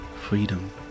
freedom